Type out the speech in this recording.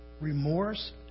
remorse